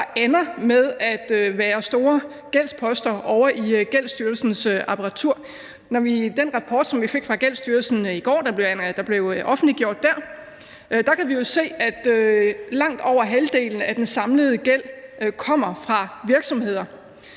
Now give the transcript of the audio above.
der ender med at være store gældsposter ovre i Gældsstyrelsens apparatur. I den rapport, vi fik fra Gældsstyrelsen i går, altså som blev offentliggjort der, kan vi jo se, at langt over halvdelen af den samlede gæld kommer fra virksomheder,